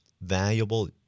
valuable